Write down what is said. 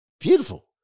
beautiful